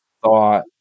thought